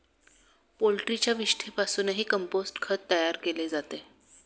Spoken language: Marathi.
पोल्ट्रीच्या विष्ठेपासूनही कंपोस्ट खत तयार केले जाते